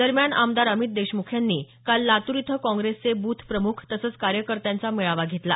दरम्यान आमदार अमित देशमुख यांनी काल लातूर इथं काँग्रेसचे बूथ प्रमुख तसंच कार्यकर्त्यांचा मेळावा घेतला